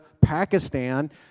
Pakistan